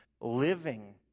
living